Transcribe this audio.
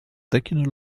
taking